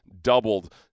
doubled